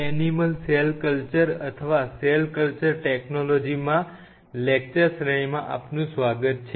animal cell culture અથવા cell culture ટેકનોલોજીમાં lecture શ્રેણીમાં આપનું સ્વાગત છે